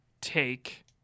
take